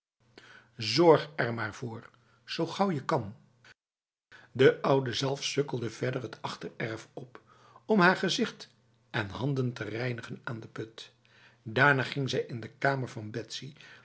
zorg er maar voor zo gauw als je kan de oude zelf sukkelde verder het achtererf op om haar gezicht en handen te reinigen aan de put daarna ging zij in de kamer van